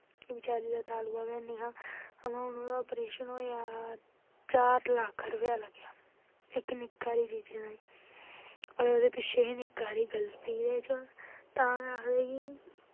बेचारी दा तालुआ गै हैनी हा अवा हून ओह्दा परेशन होएआ चार लक्ख रपेआ लग्गेआ इक निक्की हारी चीजै ताईं होर ओह्दे पिच्छें ही निक्की हारी गल्ती एह्दे च तां गै आखदे कि